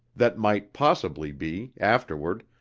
that might possibly be, afterward,